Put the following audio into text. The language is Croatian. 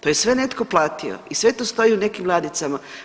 To je sve netko platio i sve to stoji u nekim ladicama.